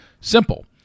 simple